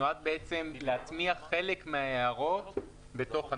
נועד להטמיע חלק מההערות בתוך הנוסח.